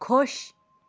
خۄش